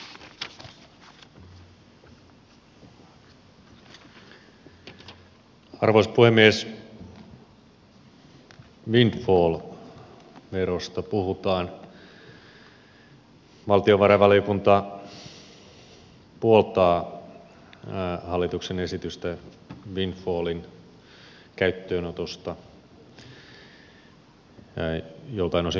valtiovarainvaliokunta puoltaa hallituksen esitystä windfallin käyttöönotosta joiltain osin muutettuna